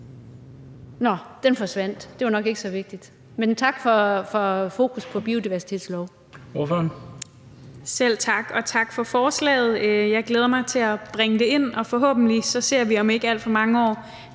Det forsvandt, så det var nok ikke så vigtigt. Men tak for fokus på biodiversitetsloven.